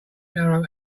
narrow